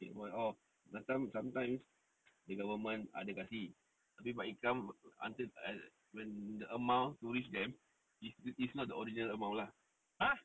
oh macam sometimes the government ada kasih until when the amount to reach them it's it's not the original amount lah